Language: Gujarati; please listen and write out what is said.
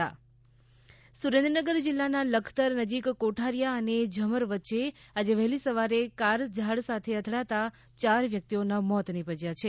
અકસ્માત સુરેન્ર્િનગર સુરેન્ નગર જીલ્લાના લખતર નજીક કોઠારીયા અને ઝમર વચ્ચે આજે વહેલી સવારે કાર ઝાડ સાથે અથડાતા ચાર વ્યકતિઓના મોત નિપજયા છે